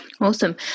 Awesome